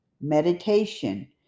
meditation